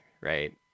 right